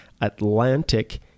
Atlantic